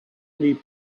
need